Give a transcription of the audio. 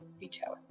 retailer